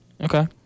Okay